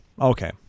Okay